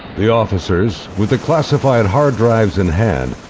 the officers, with the classified hard drives in hand,